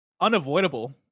unavoidable